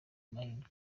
amahirwe